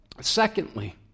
Secondly